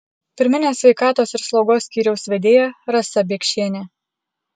pirminės sveikatos ir slaugos skyriaus vedėja rasa biekšienė